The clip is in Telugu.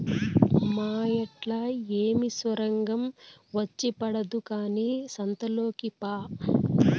ఆ మాయేట్లా ఏమి సొరంగం వచ్చి పడదు కానీ సంతలోకి పా